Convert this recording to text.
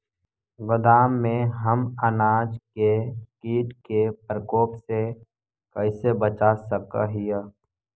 गोदाम में हम अनाज के किट के प्रकोप से कैसे बचा सक हिय?